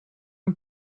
een